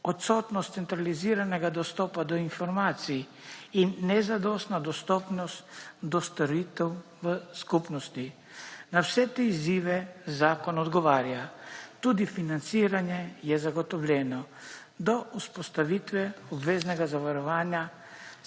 odsotnost centraliziranega dostopa do informacij in nezadostna dostopnost do storitev v skupnosti. Na vse te izzive zakon odgovarja. Tudi financiranje je zagotovljeno do vzpostavitve obveznega zavarovanja